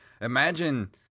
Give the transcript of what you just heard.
Imagine